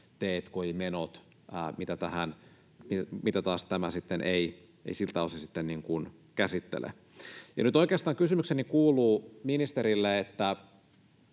t&k&i-menot, mitä taas tämä ei siltä osin käsittele. Nyt oikeastaan kysymykseni kuuluu ministerille: Kun